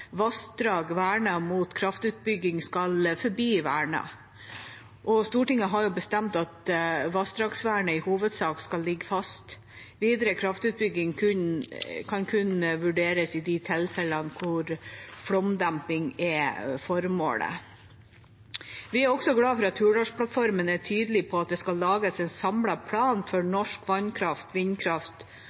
vassdrag vernet mot kraftutbygging skal forbli vernet. Stortinget har også bestemt at vassdragsvernet i hovedsak skal ligge fast. Videre kraftutbygging kan kun vurderes i de tilfellene der flomdemping er formålet. Vi er glad for at Hurdalsplattformen er tydelig på at det skal lages en samlet plan for norsk vannkraft, vindkraft,